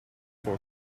for